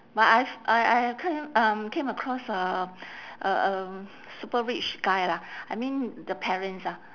but I've I I I come um came across a a um super rich guy lah I mean the parents ah